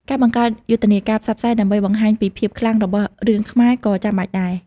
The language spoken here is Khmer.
ការបង្កើតយុទ្ធនាការផ្សព្វផ្សាយដើម្បីបង្ហាញពីភាពខ្លាំងរបស់រឿងខ្មែរក៏ចាំបាច់ដែរ។